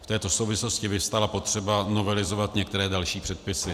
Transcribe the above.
V této souvislosti vyvstala potřeba novelizovat některé další předpisy.